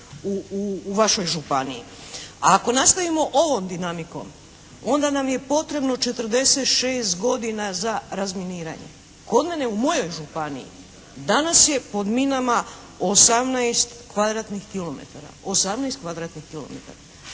u vašoj županiji. A ako nastavimo ovom dinamikom onda nam je potrebno 46 godina za razminiranje. Kod mene u mojoj županiji danas je pod minama 18 kvadratnih kilometara,